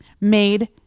made